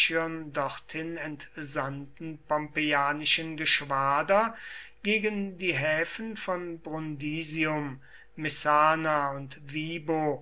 dorthin entsandten pompeianischen geschwader gegen die häfen von brundisium messana und vibo